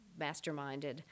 masterminded